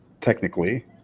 technically